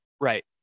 Right